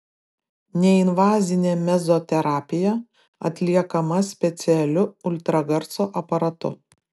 neinvazinė mezoterapija atliekama specialiu ultragarso aparatu